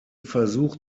versuch